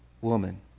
woman